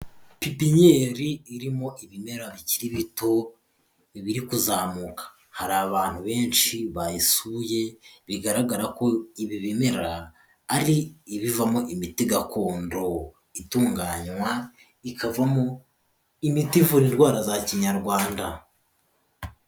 Pipinyeri irimo ibimera bikiri bito biri kuzamuka, hari abantu benshi bayisuye; bigaragara ko ibi bimera ari ibivamo imiti gakondo, itunganywa ikavamo imiti ivura indwara za kinyarwanda.